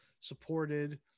supported